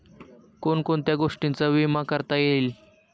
कोण कोणत्या गोष्टींचा विमा करता येईल?